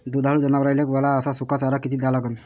दुधाळू जनावराइले वला अस सुका चारा किती द्या लागन?